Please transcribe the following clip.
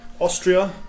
Austria